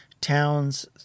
Towns